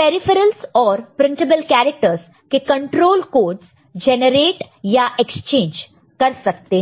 peripherals और printable characters के control codes generate या एक्सचेंज कर सकते हैं